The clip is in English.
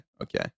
Okay